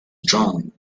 drawn